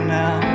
now